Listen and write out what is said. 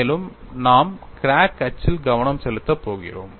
மேலும் நாம் கிராக் அச்சில் கவனம் செலுத்தப் போகிறோம்